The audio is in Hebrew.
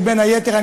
שבין היתר,